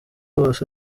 hose